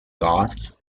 goths